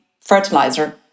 fertilizer